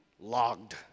logged